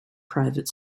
private